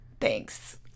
thanks